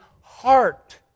heart